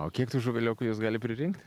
o kiek tų žuveliokų jos gali pririnkt